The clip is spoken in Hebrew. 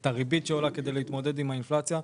את הריבית שעולה כדי להתמודד עם האינפלציה,